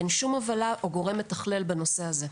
אין שום הובלה או גורם מתכלל בנושא הזה.